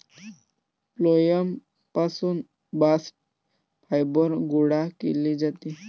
phloem पासून bast fibre गोळा केले जाते